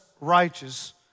righteous